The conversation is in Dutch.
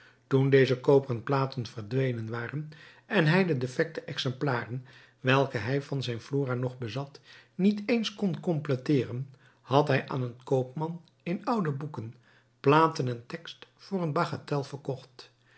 toen deze koperen platen verdwenen waren en hij de defecte exemplaren welke hij van zijn flora nog bezat niet eens kon completeeren had hij aan een koopman in oude boeken platen en tekst voor een bagatel verkocht